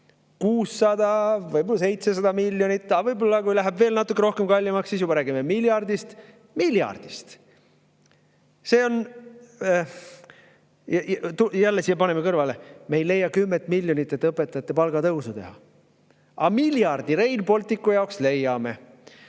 600, võib-olla 700 miljonit, aga võib-olla, kui läheb veel natuke rohkem kallimaks, siis juba räägime miljardist. Miljardist! Jälle siia paneme kõrvale: me ei leia kümmet miljonit, et õpetajate palga tõusu teha. Aga miljardi Rail Balticu jaoks leiame.